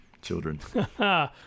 children